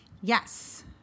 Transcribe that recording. Yes